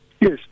Yes